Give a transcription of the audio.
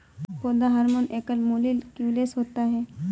पौधा हार्मोन एकल मौलिक्यूलस होता है